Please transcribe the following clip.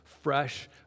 fresh